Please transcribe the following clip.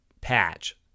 patch